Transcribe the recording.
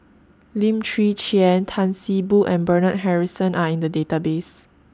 Lim Chwee Chian Tan See Boo and Bernard Harrison Are in The Database